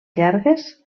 llargues